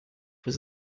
was